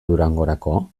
durangorako